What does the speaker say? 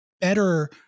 better